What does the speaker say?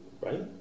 Right